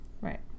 Right